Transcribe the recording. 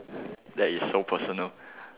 that is so personal